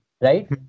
right